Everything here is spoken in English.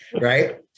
right